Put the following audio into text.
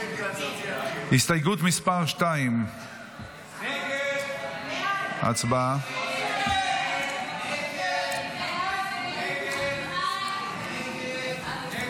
2. הצבעה.